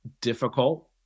difficult